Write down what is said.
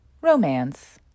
romance